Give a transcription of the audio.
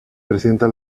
presenta